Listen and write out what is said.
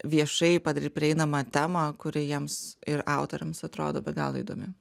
viešai padaryt prieinamą temą kuri jiems ir autoriams atrodo be galo įdomi